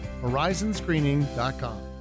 horizonscreening.com